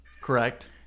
correct